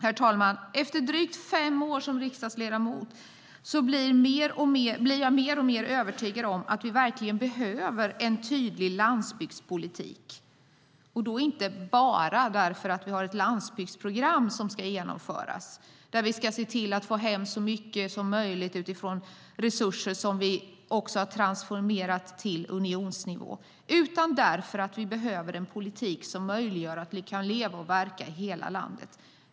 Herr talman! Efter drygt fem år som riksdagsledamot blir jag alltmer övertygad om att vi verkligen behöver en tydlig landsbygdspolitik. Det är inte bara därför att vi har ett landsbygdsprogram som ska genomföras där vi ska se till att få hem som mycket som möjligt av de resurser som vi har transfererat till unionsnivå utan därför att vi behöver en politik som möjliggör att vi kan leva och verka i hela landet.